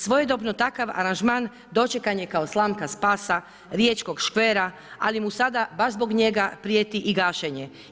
Svojedobno takav aranžman dočekan je kao slamka spasa riječkog škvera ali mu sada baš zbog njega prijeti i gašenje.